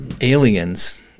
aliens